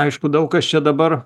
aišku daug kas čia dabar